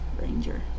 ranger